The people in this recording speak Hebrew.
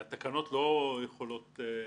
התשע"ח-2018 בהתאם לסמכותי לפי סעיפים